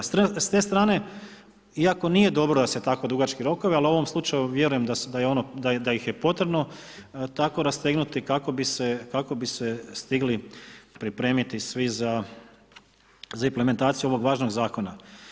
S te strane iako nije dobro da su tako dugački rokovi, ali u ovom slučaju vjerujem da ih je potrebno tako rastegnuti kako bi se stigli pripremiti svi za implementaciju ovog važnog Zakona.